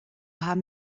haben